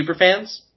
Superfans